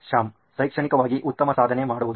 ಶ್ಯಾಮ್ ಶೈಕ್ಷಣಿಕವಾಗಿ ಉತ್ತಮ ಸಾಧನೆ ಮಾಡುವುದು